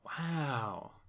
Wow